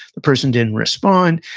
the person didn't respond.